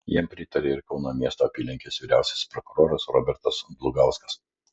jam pritarė ir kauno miesto apylinkės vyriausiasis prokuroras robertas dlugauskas